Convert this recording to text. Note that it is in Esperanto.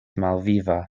malviva